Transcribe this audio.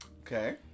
Okay